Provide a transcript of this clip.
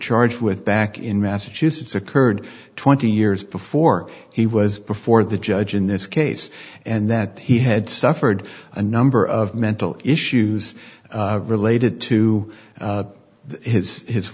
charged with back in massachusetts occurred twenty years before he was before the judge in this case and that he had suffered a number of mental issues related to his